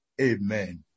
Amen